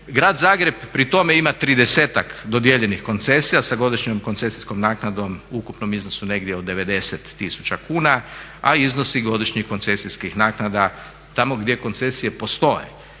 Grad Zagreb pri tome ima 30-ak dodijeljenih koncesija sa godišnjom koncesijskom naknadom u ukupnom iznosu negdje od 90 tisuća kuna, a iznosi godišnjih koncesijskih naknada tamo gdje koncesije postoje